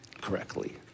correctly